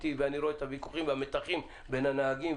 ואני רואה את הוויכוחים בין הנהגים,